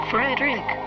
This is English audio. Frederick